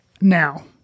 Now